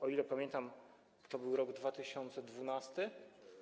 O ile pamiętam, to był rok 2012.